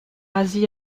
razzy